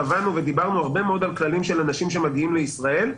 קבענו ודיברנו הרבה מאוד על כללים של אנשים שנכנסים לישראל,